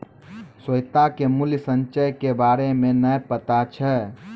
श्वेता के मूल्य संचय के बारे मे नै पता छै